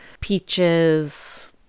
peaches